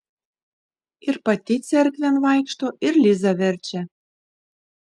ir pati cerkvėn vaikšto ir lizą verčia